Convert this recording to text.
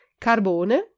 Carbone